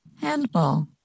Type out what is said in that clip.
Handball